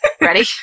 Ready